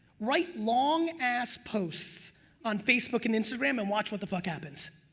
write long ass posts on facebook and instagram and watch what the fuck happens.